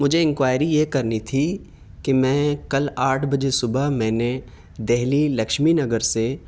مجھے انکوائری یہ کرنی تھی کہ میں کل آٹھ بجے صبح میں نے دہلی لکشمی نگر سے